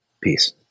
Peace